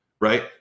right